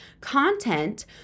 content